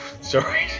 Sorry